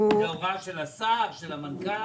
זאת הוראה של השר או של המנכ"ל?